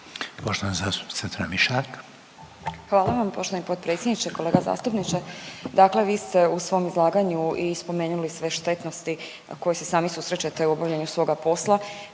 **Tramišak, Nataša (HDZ)** Hvala vam poštovani potpredsjedniče. Kolega zastupniče dakle vi ste u svom izlaganju i spomenuli sve štetnosti kojima se sami susrećete u obavljanju svoga posla